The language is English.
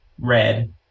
red